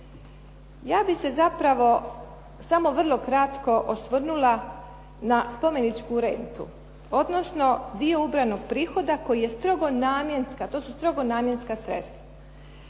Ja bih se zapravo samo vrlo kratko osvrnula na spomeničku rentu, odnosno dio ubranog prihoda koji je strogo namjenska, to su strogo namjenska sredstva.